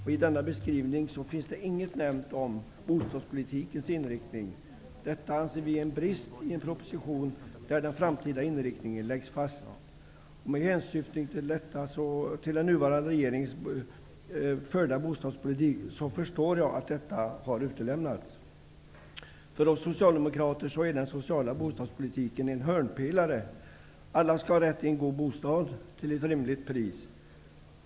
I denna beskrivning finns inget nämnt om bostadspolitikens inriktning. Vi socialdemokrater anser att det är en brist i en proposition där den framtida inriktningen läggs fast. Med hänsyftning till den nuvarande regeringens förda bostadspolitik förstår jag att detta har utelämnats. För oss socialdemokrater är den sociala bostadspolitiken en hörnpelare. Alla skall ha rätt till en god bostad till ett rimligt pris.